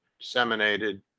disseminated